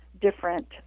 different